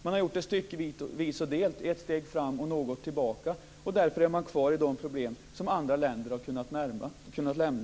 Man har gjort det styckevis och delt, ett steg fram och något tillbaka. Därför är man kvar i de problem som andra länder har kunnat lämna.